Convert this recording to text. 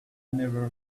never